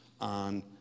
on